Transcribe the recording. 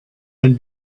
and